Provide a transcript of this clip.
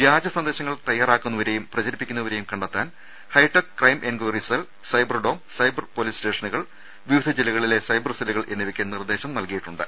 വ്യാജ സന്ദേശങ്ങൾ തയ്യാറാക്കുന്നവരെയും പ്രചരിപ്പിക്കുന്ന വരെയും കണ്ടെത്താൻ hi-tech crime enquiry cell Cyberdome cyber police സ്റ്റേഷനുകൾ വിവിധ ജില്ലകളിലെ സൈബർ സെല്ലുകൾ എന്നിവയ്ക്ക് നിർദ്ദേശം നൽകിയിട്ടുണ്ട്